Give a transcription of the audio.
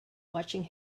watching